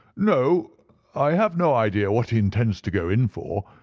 no i have no idea what he intends to go in for.